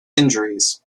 injuries